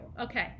Okay